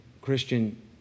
Christian